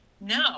No